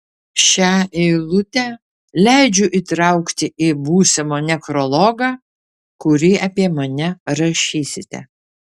šią eilutę leidžiu įtraukti į būsimą nekrologą kurį apie mane rašysite